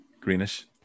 greenish